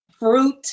Fruit